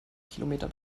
kilometer